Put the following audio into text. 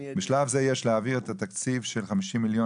בשלב זה יש להעביר את התקציב של 50 מיליון